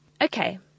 Okay